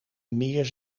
meer